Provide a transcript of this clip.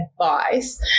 advice